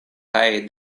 kaj